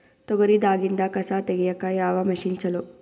ತೊಗರಿ ದಾಗಿಂದ ಕಸಾ ತಗಿಯಕ ಯಾವ ಮಷಿನ್ ಚಲೋ?